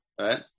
Right